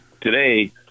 today